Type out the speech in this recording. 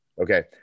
Okay